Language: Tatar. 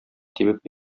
тибеп